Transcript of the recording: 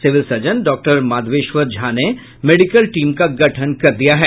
civil surgeon डॉ माधवेश्वर झा ने medical team का गठन कर दिया है